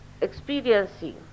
experiencing